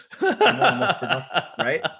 Right